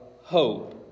hope